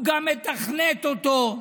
הוא גם מתכנת אותו,